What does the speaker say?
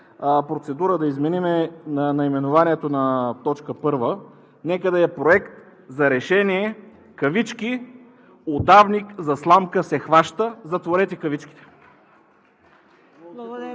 процедура да изменим наименованието на точка първа. Нека да е: Проект на решение, кавички „Удавник за сламка се хваща“, затворете кавичките.